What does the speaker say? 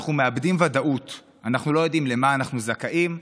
אנחנו מאבדים ודאות, אנחנו לא יודעים למה אנחנו זכאים,